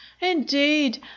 Indeed